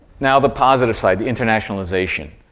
now, the positive side, the internationalization.